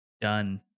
done